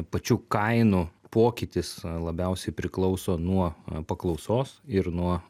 pačių kainų pokytis labiausiai priklauso nuo paklausos ir nuo